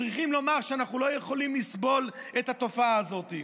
צריכים לומר שאנחנו לא יכולים לסבול את התופעה הזאת.